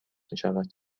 میشود